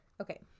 okay